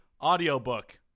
audiobook